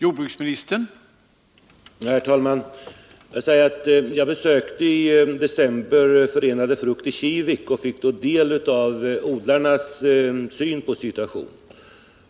Herr talman! I december besökte jag Förenade Frukt i Kivik och fick då del av odlarnas syn på situationen.